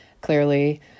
clearly